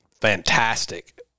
fantastic